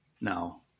now